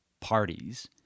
parties